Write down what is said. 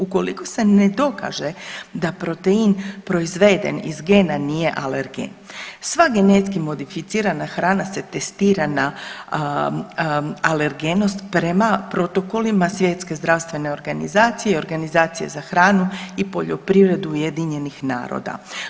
Ukoliko se ne dokaže da protein proizveden iz gena nije alergen, sva genetski modificirana hrana se testira na alergenost prema protokolima Svjetske zdravstvene organizacije i Organizacije za hranu i poljoprivredu Ujedinjenih naroda.